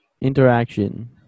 Interaction